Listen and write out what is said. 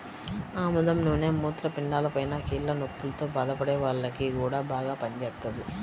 ఆముదం నూనె మూత్రపిండాలపైన, కీళ్ల నొప్పుల్తో బాధపడే వాల్లకి గూడా బాగా పనిజేత్తది